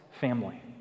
family